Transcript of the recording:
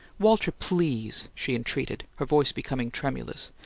walter, please! she entreated, her voice becoming tremulous.